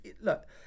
look